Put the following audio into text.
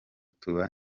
tuba